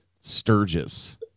sturgis